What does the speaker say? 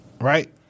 right